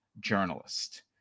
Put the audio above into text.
journalist